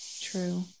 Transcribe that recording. True